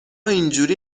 اینجوری